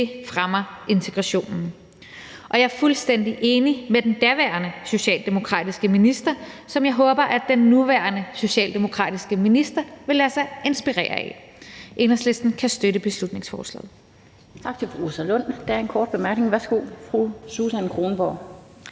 Det fremmer integrationen. Jeg er fuldstændig enig med den daværende socialdemokratiske minister, som jeg håber at den nuværende socialdemokratiske minister vil lade sig inspirere af. Enhedslisten kan støtte beslutningsforslaget.